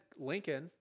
Lincoln